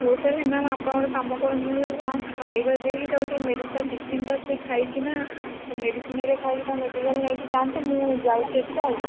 ହଉ ତାହେଲେ ମ୍ୟାମ୍ ଆପଣ ଗୋଟିଏ କାମ କରନ୍ତୁ ନହେଲେ କଣ ଖାଇବା ଦେଇକି ତାକୁ ଟିକେ ମେଡ଼ିକାଲ ଟିଫିନଟା ସେ ଖାଇକିନା ମେଡ଼ିସିନ ରେ ଖାଇକି ତାକୁ ମେଡ଼ିକାଲ ନେଇକି ଯାଆନ୍ତୁ ମୁଁ ଯାଉଛି ଏହିଠୁ ଆଉ